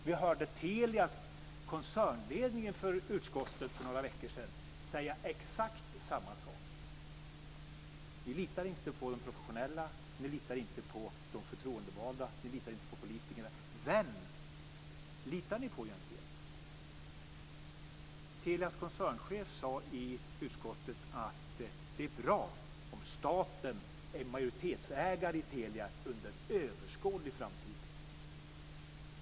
Vi hörde Telias koncernledning i utskottet för några veckor sedan säga exakt samma sak. Ni litar inte på de professionella, ni litar inte på de förtroendevalda, inte på politikerna. Vem litar ni på egentligen? Telias koncernchef sade i utskottet att det är bra om staten är majoritetsägare i Telia under överskådlig framtid.